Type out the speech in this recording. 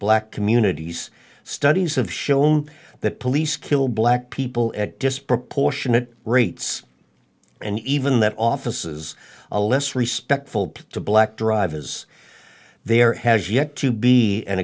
black communities studies have shown that police kill black people at disproportionate rates and even that offices a less respect full to black dr as there has yet to be an